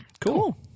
Cool